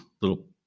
Little